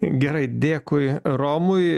gerai dėkui romui